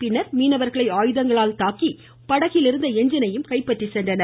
பின்னர் மீனவர்களை ஆயுதங்களால் தாக்கி படகிலிருந்து எஞ்ஜினையும் கைப்பற்றி சென்றனர்